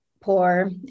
poor